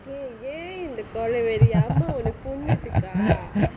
eh ஏன் இந்த கொலவெறி அம்மா உன்ன கொன்னுதிக்கா:yaen intha kolaveri amma unna konnuthikkaa